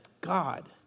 God